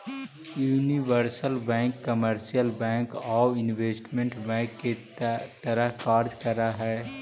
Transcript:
universal bank commercial bank आउ investment bank के तरह कार्य कर हइ